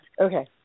Okay